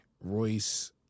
Royce